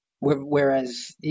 Whereas